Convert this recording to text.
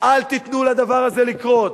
אל תיתנו לדבר הזה לקרות,